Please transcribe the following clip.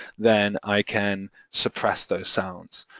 then i can suppress those sounds.